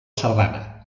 sardana